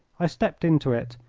i stepped into it,